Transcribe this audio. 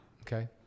Okay